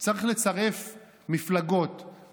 צריך לצרף מפלגות,